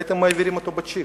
הייתם מעבירים אותו בצ'יק,